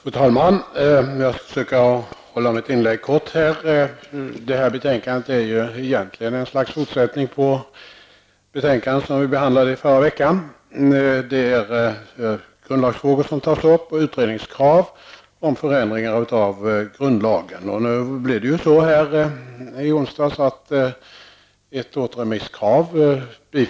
Fru talman! Jag skall försöka göra mitt inlägg kort. Detta betänkande är ju egentligen ett slags fortsättning på det betänkande som vi behandlade i förra veckan. Dagens betänkande tar upp krav på utredningar om förändringar i grundlagen. I onsdags bifölls ett återremisskrav.